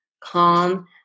calm